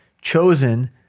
chosen